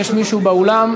אנחנו נעבור לנושא הבא.